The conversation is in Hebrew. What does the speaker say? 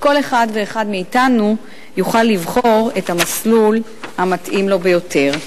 וכל אחד ואחד מאתנו יוכל לבחור את המסלול המתאים לו ביותר.